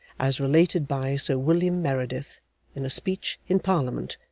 as related by sir william meredith in a speech in parliament,